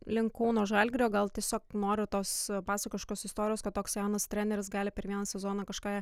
link kauno žalgirio gal tiesiog noriu tos pasakiškos istorijos kad toks senas treneris gali per vieną sezoną kažką